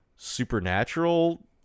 supernatural